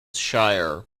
shire